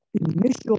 initial